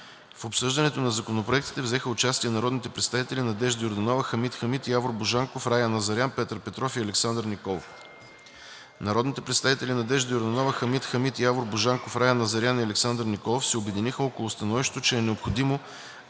В обсъждането на Законопроекта взеха участие народните представители Надежда Йорданова, Хамид Хамид, Явор Божанков, Рая Назарян, Петър Петров и Александър Николов. Народните представители Надежда Йорданова, Хамид Хамид, Явор Божанков, Рая Назарян и Александър Николов се обединиха около становището, че е необходимо